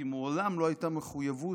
כי מעולם לא הייתה מחויבות